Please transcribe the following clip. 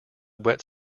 wet